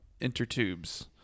intertubes